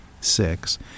six